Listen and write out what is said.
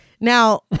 Now